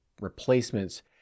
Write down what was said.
replacements